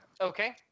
Okay